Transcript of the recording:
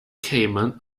cayman